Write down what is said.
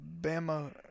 Bama